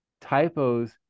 typos